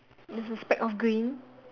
there's a speck of green